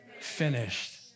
finished